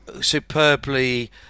superbly